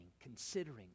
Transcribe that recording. considering